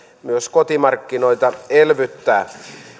myös kotimarkkinoita elvyttää